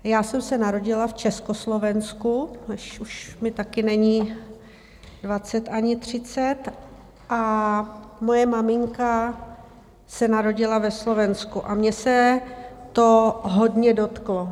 Já jsem se narodila v Československu, už mi také není dvacet ani třicet, a moje maminka se narodila na Slovensku, a mě se to hodně dotklo.